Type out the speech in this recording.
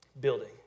building